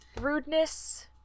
rudeness